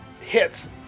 hits